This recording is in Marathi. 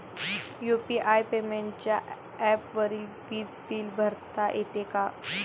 यु.पी.आय पेमेंटच्या ऍपवरुन वीज बिल भरता येते का?